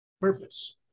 purpose